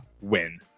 win